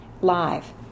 live